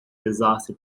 desastre